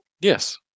Yes